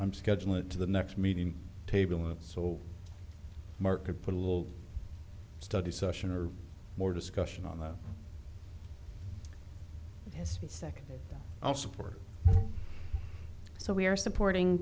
on schedule it to the next meeting table so mark could put a little study session or more discussion on the his second i support so we are supporting